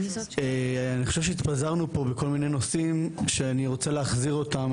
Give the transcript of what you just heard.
אני חושב שהתפזרנו פה בכל מיני נושאים שאני רוצה להחזיר אותם,